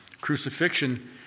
crucifixion